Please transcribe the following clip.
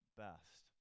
best